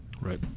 Right